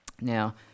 Now